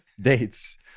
Dates